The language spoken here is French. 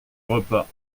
repas